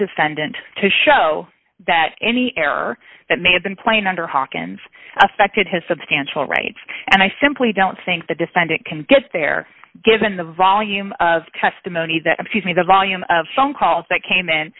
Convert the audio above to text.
defendant to show that any error that may have been playing under hawkins affected his substantial rights and i simply don't think the defendant can get there given the volume of testimony that if you see the volume of phone calls that came in